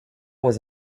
was